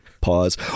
pause